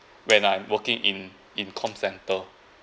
when I'm working in in comcentre